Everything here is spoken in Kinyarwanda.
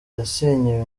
yasenyewe